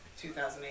2008